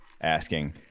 asking